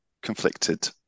conflicted